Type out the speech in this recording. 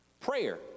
Prayer